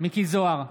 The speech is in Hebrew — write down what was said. מיקי זוהר,